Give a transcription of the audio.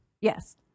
Yes